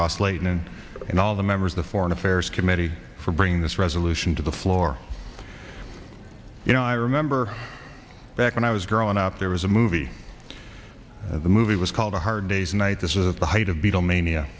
and and all the members the foreign affairs committee for bringing this resolution to the floor you know i remember back when i was growing up there was a movie the movie was called a hard day's night this is at the height of beatlemania